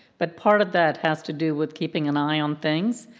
but part of that has to do with keeping an eye on things,